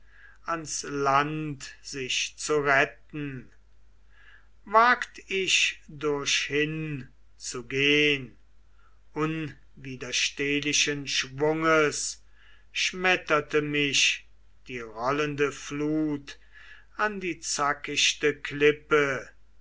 ans land sich zu retten wagt ich durchhin zu gehn unwiderstehlichen schwunges schmetterte mich die rollende flut an die zackichte klippe